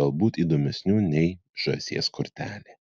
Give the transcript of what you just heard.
galbūt įdomesnių nei žąsies kortelė